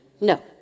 no